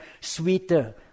sweeter